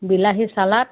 বিলাহী চালাড